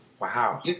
Wow